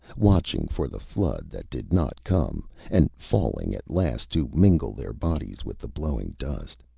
watching for the flood that did not come, and falling at last to mingle their bodies with the blowing dust.